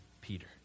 Peter